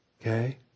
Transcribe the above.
Okay